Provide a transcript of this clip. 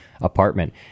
apartment